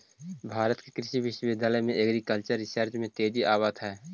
भारत के कृषि विश्वविद्यालय में एग्रीकल्चरल रिसर्च में तेजी आवित हइ